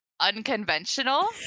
unconventional